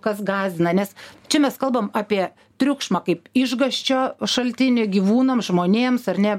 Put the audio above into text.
kas gąsdina nes čia mes kalbam apie triukšmą kaip išgąsčio šaltinį gyvūnam žmonėms ar ne